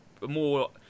more